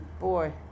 boy